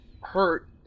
hurt